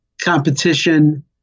competition